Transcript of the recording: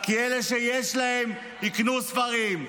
כי אלה שיש להם יקנו ספרים,